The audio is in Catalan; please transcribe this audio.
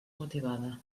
motivada